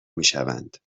میشوند